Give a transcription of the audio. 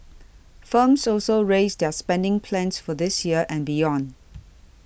firms also raised their spending plans for this year and beyond